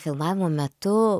filmavimo metu